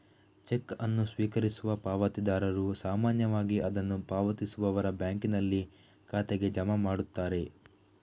check ಅನ್ನು ಸ್ವೀಕರಿಸುವ ಪಾವತಿದಾರರು ಸಾಮಾನ್ಯವಾಗಿ ಅದನ್ನು ಪಾವತಿಸುವವರ ಬ್ಯಾಂಕಿನಲ್ಲಿ ಖಾತೆಗೆ ಜಮಾ ಮಾಡುತ್ತಾರೆ